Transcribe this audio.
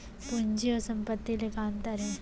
पूंजी अऊ संपत्ति ले का अंतर हे?